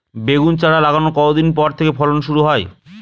বেগুন চারা লাগানোর কতদিন পর থেকে ফলন শুরু হয়?